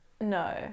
No